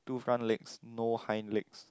two front legs no hind legs